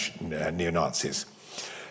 neo-Nazis